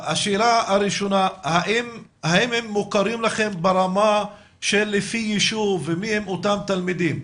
השאלה הראשונה היא האם הם מוכרים לכם לפי ישוב ומי הם אותם תלמידים?